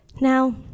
Now